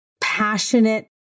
passionate